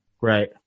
Right